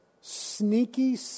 sneaky